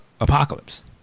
Apocalypse